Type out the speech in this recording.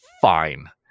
fine